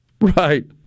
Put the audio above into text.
Right